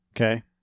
okay